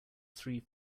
three